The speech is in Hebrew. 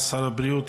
שר הבריאות,